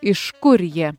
iš kur jie